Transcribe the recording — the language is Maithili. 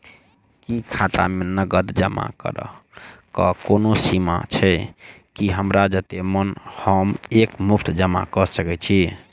की खाता मे नगद जमा करऽ कऽ कोनो सीमा छई, की हमरा जत्ते मन हम एक मुस्त जमा कऽ सकय छी?